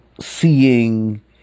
seeing